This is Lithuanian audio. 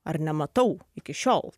ar nematau iki šiol